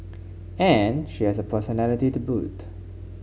and she has a personality to boot